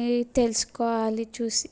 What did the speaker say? ఈ తెలుసుకోవాలి చూసి